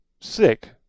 sick